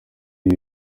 ibi